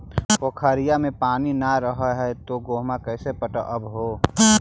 पोखरिया मे पनिया न रह है तो गेहुमा कैसे पटअब हो?